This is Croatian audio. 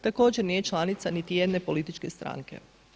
Također nije članica niti jedne političke stranke.